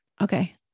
okay